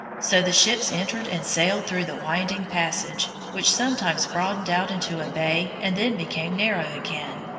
so the ships entered and sailed through the winding passage, which sometimes broadened out into a bay and then became narrow again.